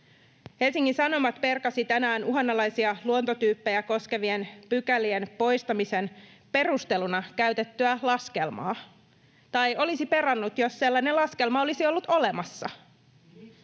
Helsingin Sanomat perkasi tänään uhanalaisia luontotyyppejä koskevien pykälien poistamisen perusteluna käytettyä laskelmaa — tai olisi perannut, jos sellainen laskelma olisi ollut olemassa. [Heikki